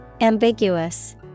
Ambiguous